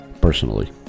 personally